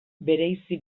bereizi